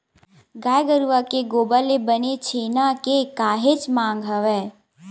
गाय गरुवा के गोबर ले बने छेना के काहेच मांग हवय